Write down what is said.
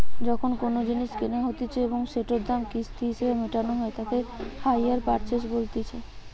যখন কোনো জিনিস কেনা হতিছে এবং সেটোর দাম কিস্তি হিসেবে মেটানো হই তাকে হাইয়ার পারচেস বলতিছে